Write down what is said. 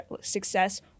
success